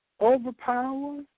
overpower